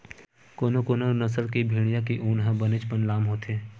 कोनो कोनो नसल के भेड़िया के ऊन ह बनेचपन लाम होथे